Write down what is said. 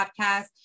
podcast